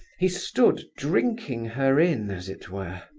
he stood drinking her in, as it were.